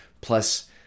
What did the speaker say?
plus